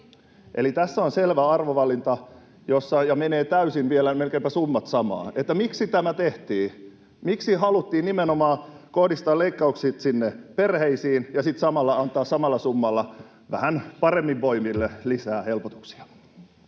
Eli tässä on selvä arvovalinta, ja vielä summat menevät melkeinpä täysin samaan. Miksi tämä tehtiin? Miksi haluttiin kohdistaa leikkaukset nimenomaan perheisiin ja sitten samalla antaa samalla summalla vähän paremmin voiville lisää helpotuksia?